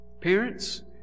Parents